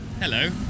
Hello